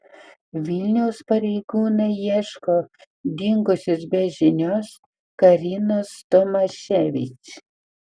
vilniaus pareigūnai ieško dingusios be žinios karinos tomaševič